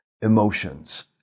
Emotions